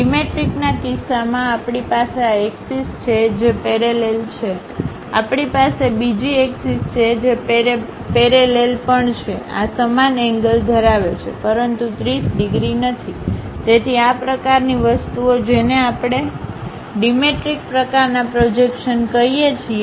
ડિમેટ્રિકના કિસ્સામાં આપણી પાસે આ એક્સિસ છે જે પેરેલલ છે આપણી પાસે બીજી એક્સિસ છે જે પેરેલલ પણ છે આ સમાન એંગલ ધરાવે છે પરંતુ 30 ડિગ્રી નથી તેથી આ પ્રકારની વસ્તુઓ જેને આપણે ડિમેટ્રિક પ્રકારના પ્રોજેક્શન કહીએ છીએ